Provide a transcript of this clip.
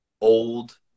old